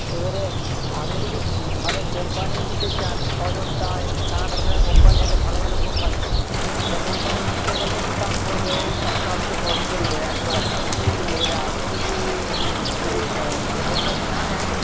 এবারে আপনি যদি ভালো কোম্পানির নিতে চান অজন্তা এরকম নানা ধরনের কোম্পানি আছে ভালো ভালো কোম্পানি ভালো কোম্পানির নিতে গেলে একটু দাম পড়বে ওই সাতশো আটশো পড়বে এক জোড়াতে এবারে আপনি যদি যদি ভালো কোম্পানির না নেন